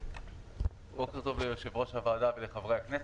בוקר טוב ליושב-ראש הוועדה ולחברי הכנסת,